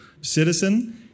citizen